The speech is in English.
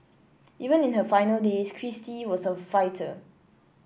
even in her final days Kristie was a fighter